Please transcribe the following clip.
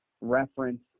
reference